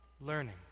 learning